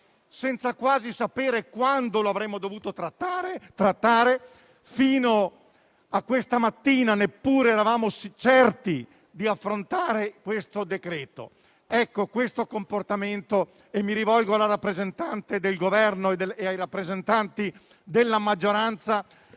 senza quasi sapere quando lo avremmo dovuto trattare: fino a questa mattina neppure eravamo certi di esaminare questo decreto. Permettetemi di dire che questo comportamento - e mi rivolgo alla rappresentante del Governo e ai rappresentanti della maggioranza